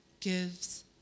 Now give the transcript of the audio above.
gives